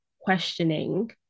questioning